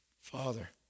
Father